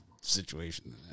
situation